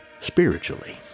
spiritually